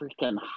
freaking